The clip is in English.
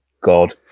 God